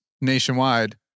nationwide